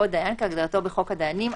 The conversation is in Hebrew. צריך קצת קורלציה בין הדברים האלה.